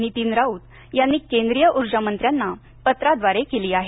नितीन राऊत यांनी केंद्रीय ऊर्जामंत्र्यांना पत्राद्वारे केली आहे